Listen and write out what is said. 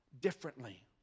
differently